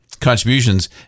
contributions